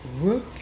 work